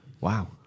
Wow